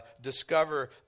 discover